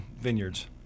vineyards